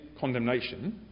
condemnation